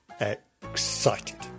excited